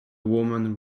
woman